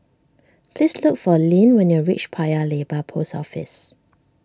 please look for Linn when you reach Paya Lebar Post Office